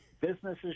businesses